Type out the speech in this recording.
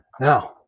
Now